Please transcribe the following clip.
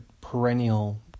perennial